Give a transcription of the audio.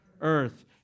Earth